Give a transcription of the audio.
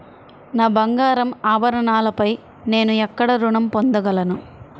నా బంగారు ఆభరణాలపై నేను ఎక్కడ రుణం పొందగలను?